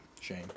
Shame